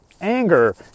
anger